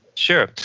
Sure